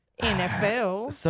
NFL